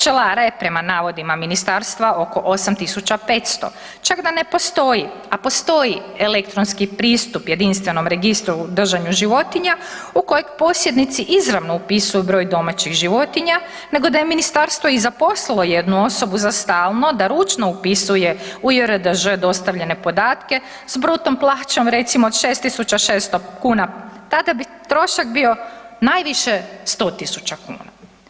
Pčelara je prema navodima ministarstva oko 8.500, čak da ne postoji, a postoji elektronski pristup jedinstvenom registru o držanju životinja u kojeg posjednici izravno upisuju broj domaćih životinja, nego da je ministarstvo i zaposlilo jednu osobu za stalno da ručno upisuje u JRDŽ dostavljene podatke s bruto plaćom recimo od 6.600 kuna tada bi trošak bio najviše 100.000 kuna.